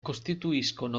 costituiscono